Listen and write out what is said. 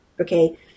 Okay